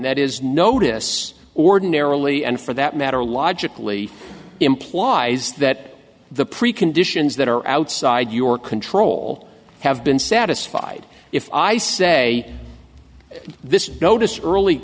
that is notice ordinarily and for that matter logically implies that the preconditions that are outside your control have been satisfied if i say this notice early